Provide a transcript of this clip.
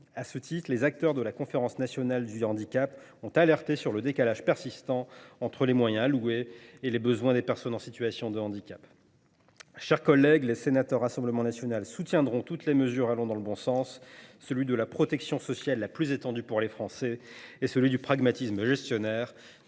À ce titre, les acteurs de la Conférence nationale du handicap ont alerté sur le décalage persistant entre les moyens alloués et les besoins des personnes en situation de handicap. Mes chers collègues, les sénateurs du Rassemblement national soutiendront toutes les mesures allant dans le bon sens : celui de la protection sociale la plus étendue pour les Français et celui du pragmatisme gestionnaire.